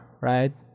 right